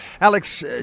Alex